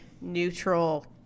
neutral